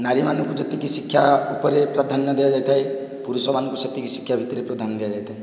ନାରୀମାନଙ୍କୁ ଯେତିକି ଶିକ୍ଷା ଉପରେ ପ୍ରାଧାନ୍ୟ ଦିଆଯାଇଥାଏ ପୁରୁଷମାନଙ୍କୁ ସେତିକି ଶିକ୍ଷା ଭିତ୍ତିରେ ପ୍ରାଧାନ୍ୟ ଦିଆଯାଇଥାଏ